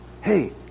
Hey